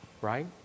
Right